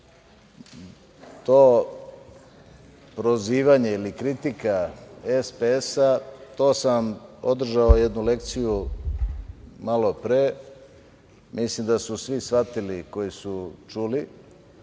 to prozivanje ili kritika SPS, to sam vam održao jednu lekciju malopre, mislim da su svi shvatili koji su čuli,